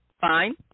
fine